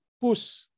push